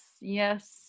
Yes